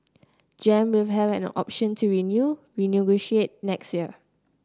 Gem will have an option to renew renegotiate next year